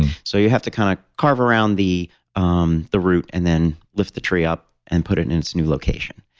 so, you have to kind of carve around the um the root and then lift the tree up and put it in its new location.